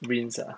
rinse ah